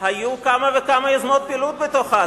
היו כמה וכמה יוזמות פילוג בתוכה,